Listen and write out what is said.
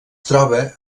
troba